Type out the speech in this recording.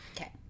Okay